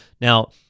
Now